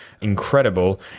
incredible